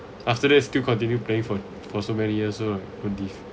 after that still continue playing for for so many years so like this